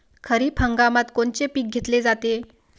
खरिप हंगामात कोनचे पिकं घेतले जाते?